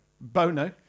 Bono